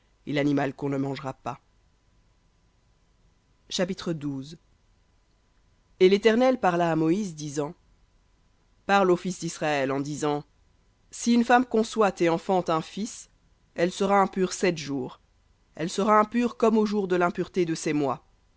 et l'animal qu'on ne mangera pas chapitre et l'éternel parla à moïse disant parle aux fils d'israël en disant si une femme conçoit et enfante un fils elle sera impure sept jours elle sera impure comme aux jours de l'impureté de ses mois